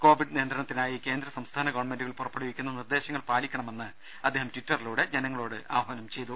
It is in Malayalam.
കോവിഡ് നിയന്ത്രണത്തിനായി കേന്ദ്ര സംസ്ഥാന ഗവൺമെന്റുകൾ പുറപ്പെടുവിക്കുന്ന നിർദേശങ്ങൾ പാലിക്കണമെന്ന് അദ്ദേഹം ട്വിറ്ററിലൂടെ ജനങ്ങളോട് ആഹ്വാനം ചെയ്തു